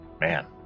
Man